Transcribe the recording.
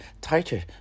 tighter